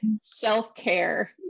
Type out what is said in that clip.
self-care